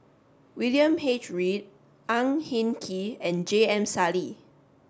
William H Read Ang Hin Kee and J M Sali